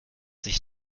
sich